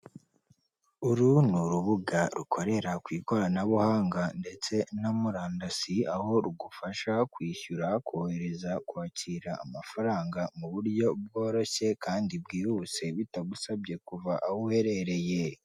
Uru ni urubuga rukorera ku ikoranabuhanga ndetse na murandasi, aho rugufasha kwishyura, kohereza, kwakira amafaranga mu buryo bworoshye kandi bwihuse, bitagusabye kuva aho uherereye.